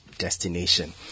destination